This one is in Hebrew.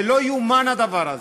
זה לא יאומן, הדבר הזה.